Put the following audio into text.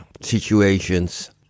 situations